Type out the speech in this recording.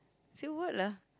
say what lah